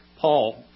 Paul